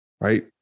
right